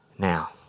Now